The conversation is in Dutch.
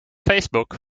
facebook